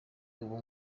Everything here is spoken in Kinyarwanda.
ubu